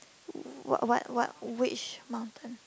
w~ what what what which mountain